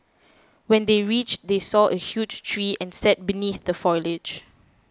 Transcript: when they reached they saw a huge tree and set beneath the foliage